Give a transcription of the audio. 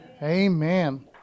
amen